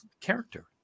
character